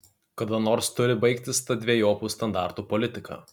kada nors turi baigtis ta dvejopų standartų politika